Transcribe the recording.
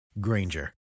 Granger